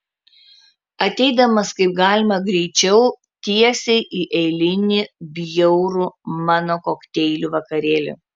ateidamas kaip galima greičiau tiesiai į eilinį bjaurų mano kokteilių vakarėlį